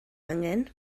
angen